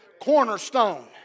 cornerstone